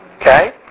okay